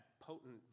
potent